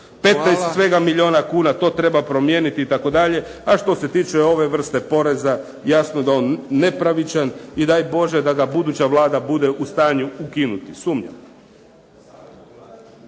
15 milijuna kuna to treba promijeniti itd.đ A što se tiče ove vrste poreza jasno da je on nepravičan i daj Bože da ga buduća Vlada bude u stanju ukinuti, sumnjam.